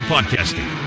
Podcasting